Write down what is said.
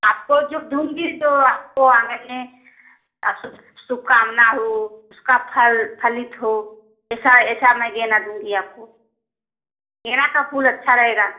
आपको जो दूँगी जो आपको आँगन में शुभ शुभकामना हो उसका फल फलित हो ऐसा ऐसा मैं गेंदा दूँगी आपको गेंदे का फूल अच्छा रहेगा